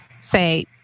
say